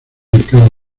mercado